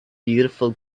beautiful